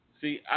See